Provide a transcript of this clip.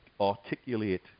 articulate